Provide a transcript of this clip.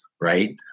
right